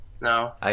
No